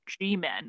G-men